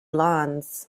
lawns